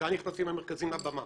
וכאן נכנסים המרכזים לתמונה.